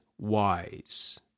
wise